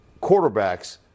quarterbacks